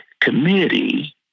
committee